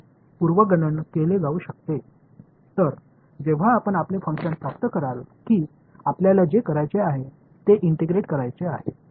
तर जेव्हा आपण आपले फंक्शन प्राप्त कराल की आपल्याला जे करायचे आहे ते इंटिग्रेट करायचे आहे